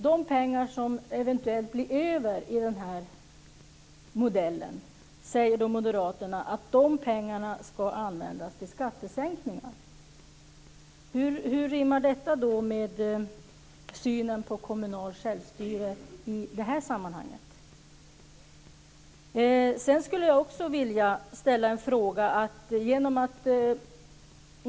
De pengar som eventuellt blir över i den modellen säger moderaterna ska användas till skattesänkningar. Hur rimmar detta med synen på kommunalt självstyre i det här sammanhanget?